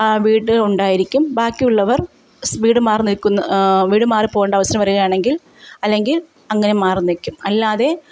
ആ വീട്ടിൽ ഉണ്ടായിരിക്കും ബാക്കിയുള്ളവർ സ് വീട് മാറിനിൽക്കുന്ന് വീട് മാറിപ്പോകേണ്ട അവസ്ഥ വരുകയാണെങ്കിൽ അല്ലെങ്കില് അങ്ങനെ മാറി നിൽക്കും അല്ലാതെ